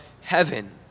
heaven